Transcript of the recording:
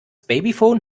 babyphone